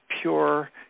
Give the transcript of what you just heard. pure